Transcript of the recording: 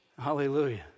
Hallelujah